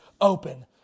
open